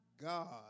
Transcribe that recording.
God